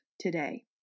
today